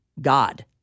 God